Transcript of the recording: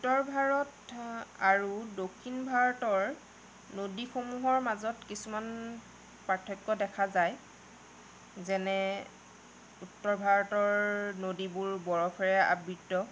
উত্তৰ ভাৰত আৰু দক্ষিণ ভাৰতৰ নদীসমূহৰ মাজত কিছুমান পাৰ্থক্য দেখা যায় যেনে উত্তৰ ভাৰতৰ নদীবোৰ বৰফেৰে আবৃত